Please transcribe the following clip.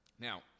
Now